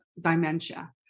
dementia